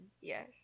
Yes